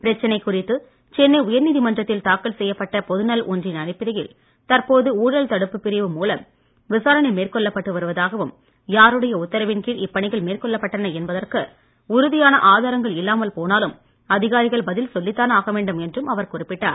பிரச்சனை குறித்து சென்னை உயர் நீதிமன்றத்தில் தாக்கல் செய்யப்பட்ட பொதுநலன் ஒன்றின் அடிப்படையில் தற்போது ஊழல்தடுப்புப் பிரிவு மூலம் விசாரணை மேற்கொள்ளப்பட்டு வருவதாகவும் யாருடைய உத்தரவின் கீழ் இப்பணிகள் மேற்கொள்ளப்பட்டன என்பதற்கு உறுதியான ஆதாரங்கள் இல்லாமல் போனாலும் அதிகாரிகள் பதில் சொல்லித்தான் ஆகவேண்டும் என்றும் அவர் குறிப்பிட்டார்